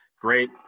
Great